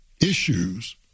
issues